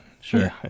Sure